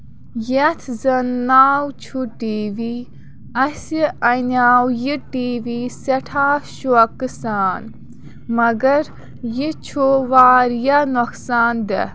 یَتھ زَن ناو چھُ ٹی وی اَسہِ اَنیو یہِ ٹی وی سٮ۪ٹھاہ شوقہٕ سان مَگر یہِ چھُ واریاہ نۄقصان دیہہ